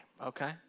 okay